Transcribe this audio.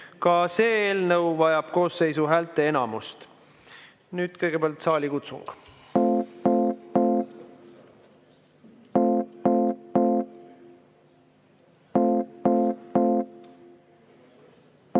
Ka see eelnõu vajab koosseisu häälteenamust. Kõigepealt saalikutsung.